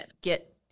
get